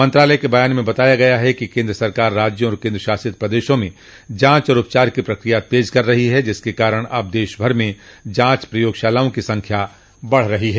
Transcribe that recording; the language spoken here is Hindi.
मंत्रालय के बयान में बताया गया है कि केन्द्र सरकार राज्यों और केन्द्र शासित प्रदेशों में जांच और उपचार की प्रकिया तेज कर रही है जिसके कारण अब देशभर म जांच प्रयोगशालाओं की संख्या बढ़ रही है